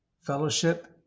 fellowship